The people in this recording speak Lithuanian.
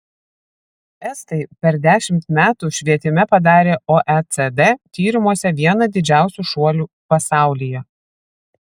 estai per dešimt metų švietime padarė oecd tyrimuose vieną didžiausių šuolių pasaulyje